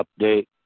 update